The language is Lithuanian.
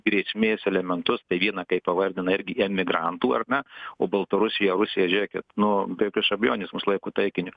grėsmės elementus tai vieną kaip pavardinai irgi emigrantų ar ne o baltarusija rusija žėkit nu be jokios abejonės mus laiko taikiniu